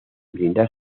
brindar